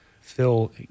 Phil